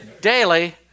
daily